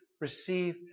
receive